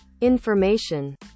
information